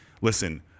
listen